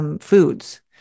Foods